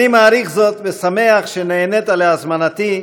אני מעריך זאת, ושמח שנענית להזמנתי,